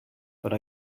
but